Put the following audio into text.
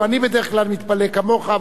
גם אני בדרך כלל מתפלא כמוך,